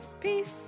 Peace